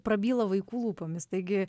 prabyla vaikų lūpomis taigi